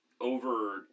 over